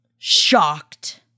Shocked